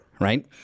Right